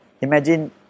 Imagine